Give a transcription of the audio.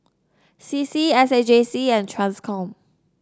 C C S A J C and Transcom